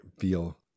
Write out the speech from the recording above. feel